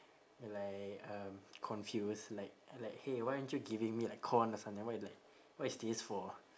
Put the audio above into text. like um confused like like hey why aren't you giving me like corn or something why like what is this for